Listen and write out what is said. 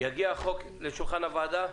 יגיע החוק לשולחן הוועדה,